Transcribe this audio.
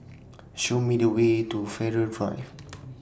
Show Me The Way to Farrer Drive